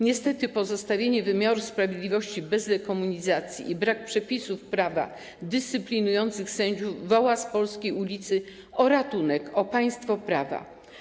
Niestety pozostawienie wymiaru sprawiedliwości bez dekomunizacji i brak przepisów prawa dyscyplinujących sędziów sprawia, że woła się z polskiej ulicy o ratunek, o państwo prawa.